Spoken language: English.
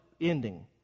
ending